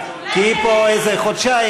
כי היא פה איזה חודשיים,